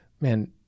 man